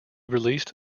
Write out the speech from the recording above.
released